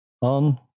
on